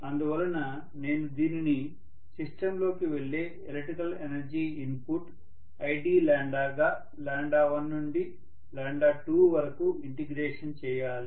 అందువల్ల నేను దీనిని సిస్టం లోకి వెళ్లే ఎలక్ట్రికల్ ఎనర్జీ ఇన్పుట్ id గా 1 నుండి 2 వరకు ఇంటిగ్రేషన్ చేయాలి